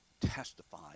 testify